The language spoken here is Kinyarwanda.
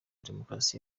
demokarasi